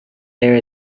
there